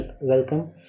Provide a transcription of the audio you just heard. welcome